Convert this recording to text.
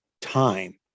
Time